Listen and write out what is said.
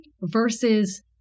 versus